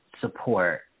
support